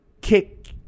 kick